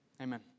Amen